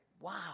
wow